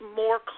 more